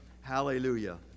Hallelujah